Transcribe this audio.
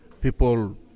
people